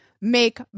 make